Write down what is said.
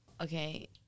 okay